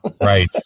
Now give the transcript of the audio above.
right